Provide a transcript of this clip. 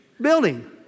building